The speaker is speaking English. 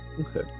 Okay